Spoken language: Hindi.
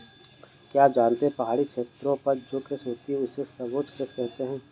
क्या आप जानते है पहाड़ी क्षेत्रों पर जो कृषि होती है उसे समोच्च कृषि कहते है?